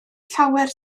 llawer